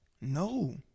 No